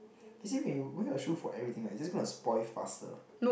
you see when you wear your shoe for everything right it's just gonna spoil faster